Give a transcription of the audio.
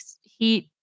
heat